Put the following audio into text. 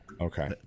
Okay